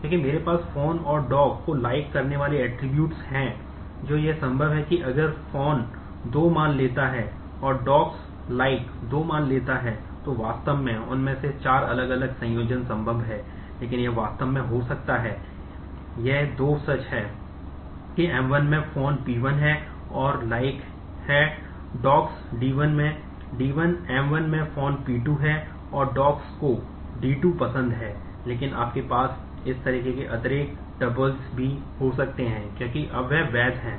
क्योंकि मेरे पास Phone और Dog को Like करने वाले ऐट्रिब्यूट्स भी हो सकते हैं क्योंकि अब वे वैध हैं